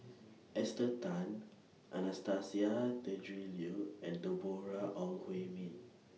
Esther Tan Anastasia Tjendri Liew and Deborah Ong Hui Min